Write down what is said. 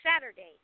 Saturday